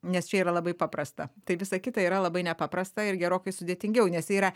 nes čia yra labai paprasta tai visa kita yra labai nepaprasta ir gerokai sudėtingiau nes ji yra